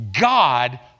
God